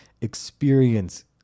experience